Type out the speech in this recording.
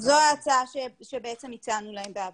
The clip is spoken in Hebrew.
זו ההצעה שבעצם הצענו להם בעבר.